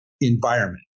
environment